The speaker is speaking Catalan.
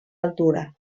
altura